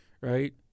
right